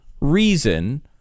reason